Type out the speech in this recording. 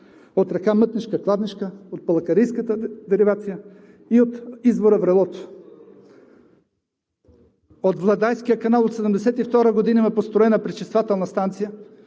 от река Мътнишка, Кладнишка, от Палакарийската деривация и от извора „Врелото“. От Владайския канал от 1972 г. има построена пречиствателна станция,